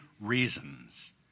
reasons